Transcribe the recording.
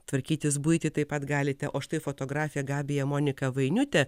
tvarkytis buitį taip pat galite o štai fotografė gabija monika vainiutė